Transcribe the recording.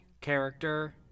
character